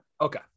Okay